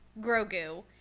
Grogu